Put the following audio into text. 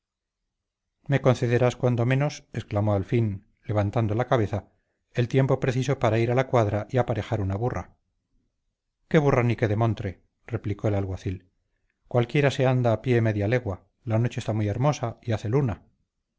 me concederás cuando menos exclamó al fin levantando la cabeza el tiempo preciso para ir a la cuadra y aparejar una burra qué burra ni qué demontre replicó el alguacil cualquiera se anda a pie media legua la noche está muy hermosa y hace luna